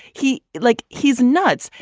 he like he's nuts.